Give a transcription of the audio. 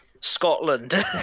Scotland